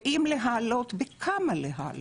ואם להעלות, בכמה להעלות.